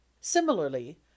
Similarly